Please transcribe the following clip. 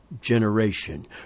generation